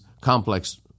complex